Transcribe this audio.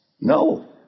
No